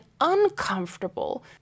uncomfortable